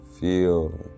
feel